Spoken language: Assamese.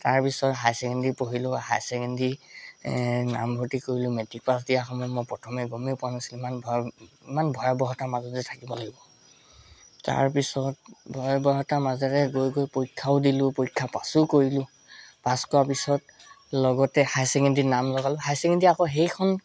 তাৰপিছত হায়াৰ ছেকেণ্ডাৰী পঢ়িলোঁ হায়াৰ ছেকেণ্ডাৰী নামভৰ্তি কৰিলোঁ মেট্ৰিক পাছ দিয়া সময়ত মই প্ৰথমে গমেই পোৱা নাছিলোঁ ইমান ভয় ইমান ভয়াৱহতা মাজত যে থাকিব লাগিব তাৰপিছত ভয়াৱহতাৰ মাজেৰে গৈ গৈ পৰীক্ষাও দিলোঁ পৰীক্ষা পাছোঁ কৰিলোঁ পাছ কৰা পিছত লগতে হায়াৰ ছেকেণ্ডাৰী নাম লগালোঁ হায়াৰ ছেকেণ্ডাৰী আকৌ সেইখন